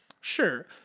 Sure